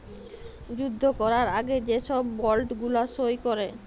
যুদ্ধ ক্যরার আগে যে ছব বল্ড গুলা সই ক্যরে